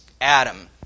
Adam